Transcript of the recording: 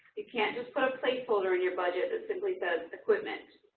you can't just put a placeholder in your budget that simply says equipment.